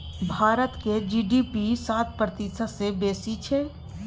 भारतक जी.डी.पी सात प्रतिशत सँ बेसी छै